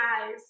guys